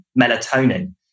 Melatonin